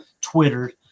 Twitter